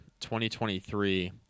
2023